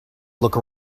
look